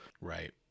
Right